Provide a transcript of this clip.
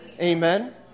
Amen